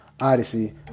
Odyssey